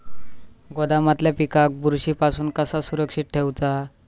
गोदामातल्या पिकाक बुरशी पासून कसा सुरक्षित ठेऊचा?